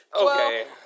Okay